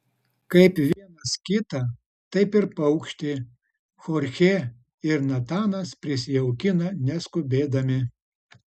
kaip vienas kitą taip ir paukštį chorchė ir natanas prisijaukina neskubėdami